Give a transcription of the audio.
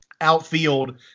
outfield